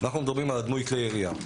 אנחנו מדברים על הדמוי כלי ירייה.